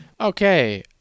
Okay